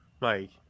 Mike